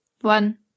one